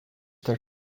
their